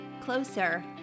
closer